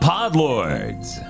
Podlords